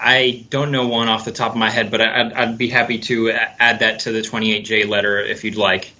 i don't know one off the top of my head but i'd be happy to add that to the twenty eight j letter if you'd like